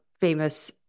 famous